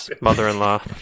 mother-in-law